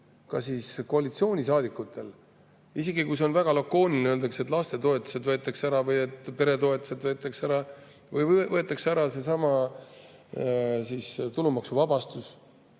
ka koalitsioonisaadikutel? Isegi kui see on väga lakooniline, öeldakse, et lastetoetused võetakse ära või et peretoetused võetakse ära või võetakse ära seesama tulumaksuvabastus.